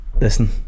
listen